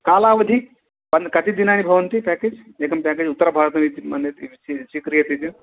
कालावधिः कन् कति दिनानि भवन्ति पेकेज् एकं पेकेज् उत्तरभारतमिति मन्यते सी स्वीक्रियते चेत्